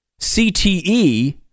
CTE